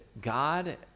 God